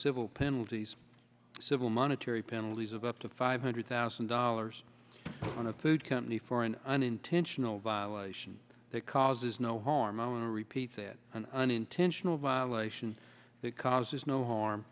civil penalties civil monetary penalties of up to five hundred thousand dollars on a third company for an unintentional violation that causes no harm to repeat that an unintentional violation that causes no harm